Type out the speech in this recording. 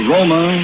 Roma